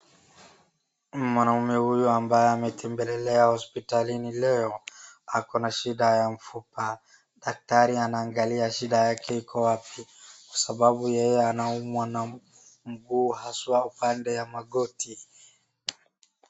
Mwanaume huu ambaye ametembelelea hospitalini leo, ako na shida ya mfupa. Daktari anaangalia shida yake iko wapi, kwa sababu yeye anaumwa na mg, mguu haswa upande ya magoti.